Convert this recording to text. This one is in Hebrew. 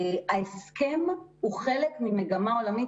ההסכם הוא חלק ממגמה עולמית,